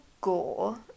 gore